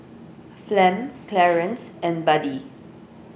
Flem Clarence and Buddie